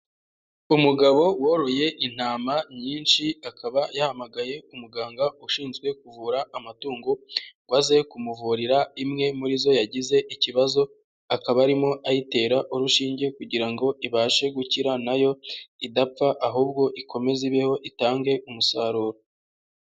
Umugabo woroye intama nyinshi, akaba yahamagaye umuganga ushinzwe kuvura amatungo ngo aze kumuvurira imwe muri zo yagize ikibazo, akaba arimo ayitera urushinge kugira ngo ibashe gukira na yo idapfa ahubwo ikomeze ibeho itange umusaruro.